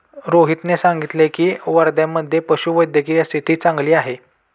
रोहितने सांगितले की, वर्ध्यामधे पशुवैद्यकीय स्थिती चांगली आहे